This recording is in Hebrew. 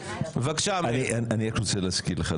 אני רק רוצה להזכיר לך,